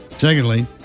Secondly